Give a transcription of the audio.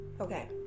Okay